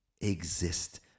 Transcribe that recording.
exist